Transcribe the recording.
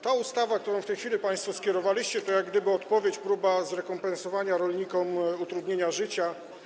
Ta ustawa, którą w tej chwili państwo skierowaliście, to jak gdyby odpowiedź, próba zrekompensowania rolnikom utrudnienia życia.